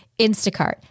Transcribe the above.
Instacart